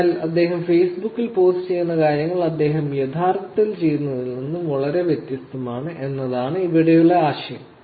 അതിനാൽ ഒരാൾ ഫേസ്ബുക്കിൽ പോസ്റ്റുചെയ്യുന്ന കാര്യങ്ങൾ അദ്ദേഹം യഥാർത്ഥത്തിൽ ചെയ്യുന്നതിൽ നിന്ന് വളരെ വ്യത്യസ്തമാണ് എന്നതാണ് ഇവിടെയുള്ള ആശയം